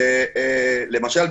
למשל,